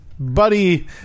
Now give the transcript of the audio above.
Buddy